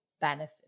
benefit